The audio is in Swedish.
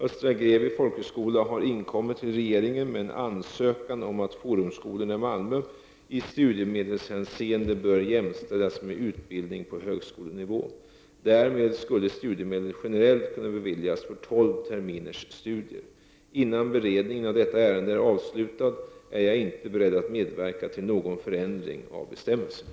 Östra Grevie folkhögskola har inkommit till regeringen med en ansökan om att Forumskolorna i Malmö i studiemedelshänseende skall jämställas med utbildning på högskolenivå. Därmed skulle studiemedel generellt kunna beviljas för tolv terminers studier. Innan beredningen av detta ärende är avslutad är jag inte beredd att medverka till någon förändring av bestämmelserna.